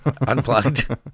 Unplugged